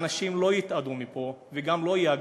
ואנשים לא יתאדו מפה וגם לא יהגרו,